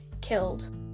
killed